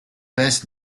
best